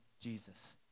Jesus